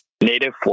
native